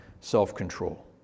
self-control